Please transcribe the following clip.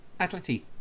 Atleti